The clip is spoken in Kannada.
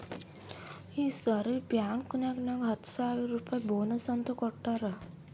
ಈ ಸರಿ ಬ್ಯಾಂಕ್ನಾಗ್ ನಂಗ್ ಹತ್ತ ಸಾವಿರ್ ರುಪಾಯಿ ಬೋನಸ್ ಅಂತ್ ಕೊಟ್ಟಾರ್